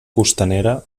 costanera